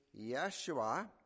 Yeshua